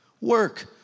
Work